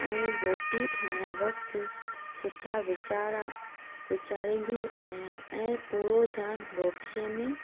ऐं रोटी ठाहिणु वक़्तु सुठा वीचार वीचारींदी आहियां ऐं पूरो ध्यानु रोटीअ में